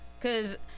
cause